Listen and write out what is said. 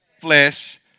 flesh